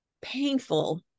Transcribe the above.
painful